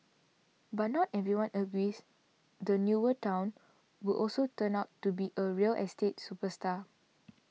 but not everyone agrees the newer town will also turn out to be a real estate superstar